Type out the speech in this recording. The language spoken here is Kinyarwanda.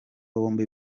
bombi